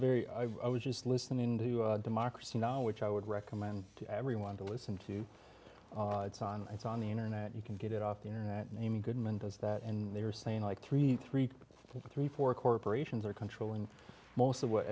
very i was just listening to democracy now which i would recommend to everyone to listen to it's on it's on the internet you can get it off the internet naming goodman does that and they are saying like three three point three four corporations are controlling most of what